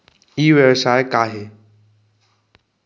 ई व्यवसाय का हे?